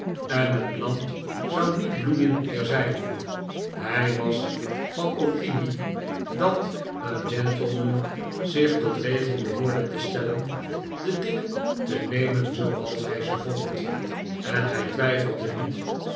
en het land zou niet bloeiend meer zijn hij was van opinie dat een gentleman zich tot regel behoorde te stellen de dingen te nemen zooals hij ze vond en hij twijfelde niet